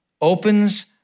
opens